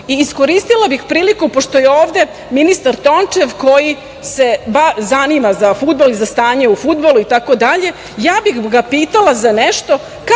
Vučića. Iskoristila bih priliku, pošto je ovde ministar Tončev, koji se zanima za fudbal i stanje u fudbalu itd, ja bih ga pitala za nešto